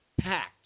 packed